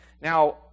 Now